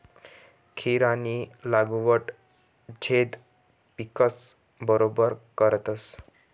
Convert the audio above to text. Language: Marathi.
खीरानी लागवड झैद पिकस बरोबर करतस